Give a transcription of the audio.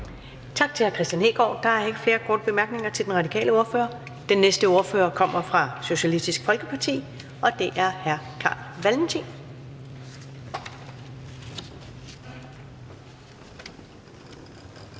Tak til hr. Kristian Hegaard. Der er ikke flere korte bemærkninger til den radikale ordfører. Den næste ordfører kommer fra Socialistisk Folkeparti, og det er hr. Carl Valentin.